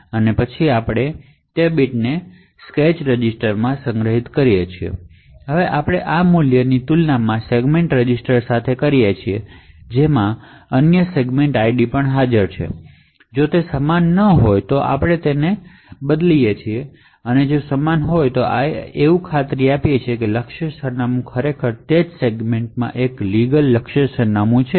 અને પછી આપણે આ હાઇ બિટ્સને સ્ક્રેચ રજિસ્ટરમાં સંગ્રહિત કરીએ છીએ હવે આપણે આ મૂલ્યની તુલના સેગમેન્ટ રજિસ્ટર સાથે કરીશું જેમાં યુનિક સેગમેન્ટ ID છે અને જો તે સમાન ન હોય તો ટ્રેપ છે અને જો તેઓ સમાન હોય તો અને ખાતરી આપવામાં આવે છે કે ટાર્ગેટ સરનામું તે સેગમેન્ટમાં એક લીગલ ટાર્ગેટ સરનામું છે